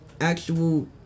actual